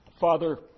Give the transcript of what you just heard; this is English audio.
Father